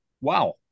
wow